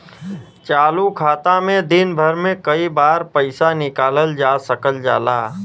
चालू खाता में दिन भर में कई बार पइसा निकालल जा सकल जाला